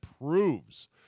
proves